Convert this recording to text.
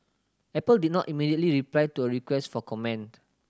apple did not immediately reply to a request for comment